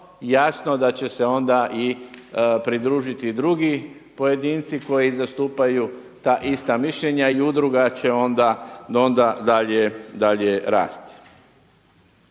jasno da će se onda pridružiti i drugi pojedinci koji zastupaju ta ista mišljenja i udruga će onda dalje rasti.